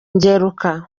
ngeruka